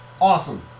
awesome